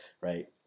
right